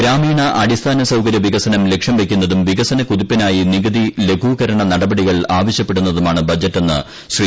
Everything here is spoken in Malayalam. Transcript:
ഗ്രാമീണ അടിസ്ഥാന സൌകര്യ വികസനം ലക്ഷ്യം വയ്ക്കുന്നതും വികസനക്കുതിപ്പിനായി നികുതി ലഘൂകരണ നടപടികൾ ആവശ്യപ്പെടുന്നതുമാണ് ബജറ്റെന്ന് ശ്രീ